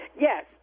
Yes